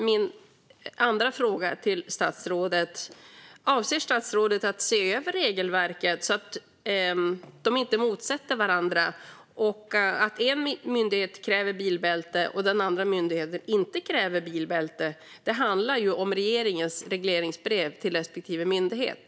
Min andra fråga till statsrådet blir därför om statsrådet avser att se över regelverken och se till att de inte motsäger varandra så att en myndighet kräver bilbälte medan en annan inte kräver bilbälte. Det handlar ju om regeringens regleringsbrev till respektive myndighet.